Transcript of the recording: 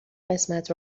قسمت